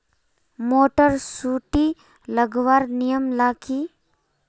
Motor सुटी लगवार नियम ला की?